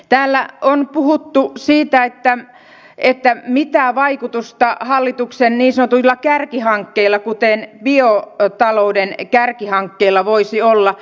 täällä on puhuttu siitä mitä vaikutusta hallituksen niin sanotuilla kärkihankkeilla kuten biotalouden kärkihankkeella voisi olla